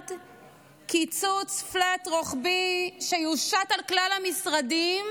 מיליארד קיצוץ פלאט רוחבי שיושת על כלל המשרדים,